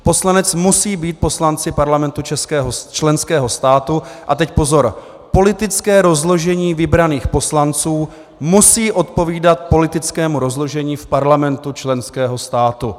Poslanec musí být poslancem parlamentu členského státu a teď pozor politické rozložení vybraných poslanců musí odpovídat politickému rozložení v parlamentu členského státu.